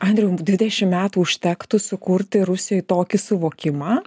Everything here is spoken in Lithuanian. andriau dvidešimt metų užtektų sukurti rusijoj tokį suvokimą